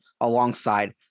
alongside